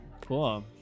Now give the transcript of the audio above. Cool